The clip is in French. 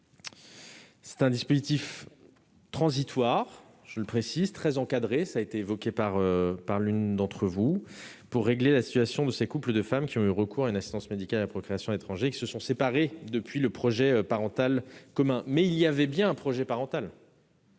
C'est un dispositif transitoire, très encadré, comme l'ont rappelé certains d'entre vous, pour régler la situation de ces couples de femmes qui ont eu recours à une assistance médicale à la procréation à l'étranger et qui se sont séparés depuis le projet parental commun. Mais il y avait bien un projet parental,